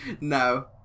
No